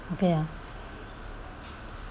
okay ah